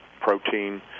protein